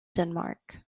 denmark